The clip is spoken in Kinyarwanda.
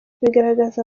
bigaragaza